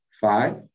five